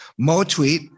MoTweet